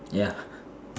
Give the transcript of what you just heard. ya